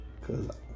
cause